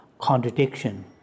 contradiction